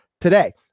today